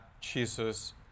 Jesus